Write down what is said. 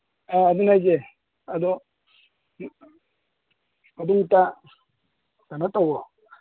ꯑꯥ ꯑꯗꯨꯅꯦ ꯍꯥꯏꯁꯦ ꯑꯗꯣ ꯑꯗꯨꯝꯇ ꯀꯩꯅꯣ ꯇꯧꯋꯣ